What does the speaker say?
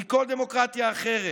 מכל דמוקרטיה אחרת,